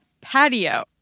patio